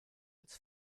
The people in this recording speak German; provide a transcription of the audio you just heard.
als